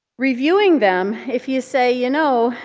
reviewing them, if you say, you know,